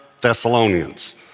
Thessalonians